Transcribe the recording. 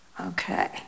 okay